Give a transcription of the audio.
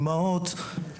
אמהות,